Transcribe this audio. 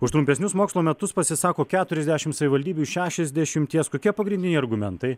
už trumpesnius mokslo metus pasisako keturiasdešim savivaldybių šešiasdešimties kokie pagrindiniai argumentai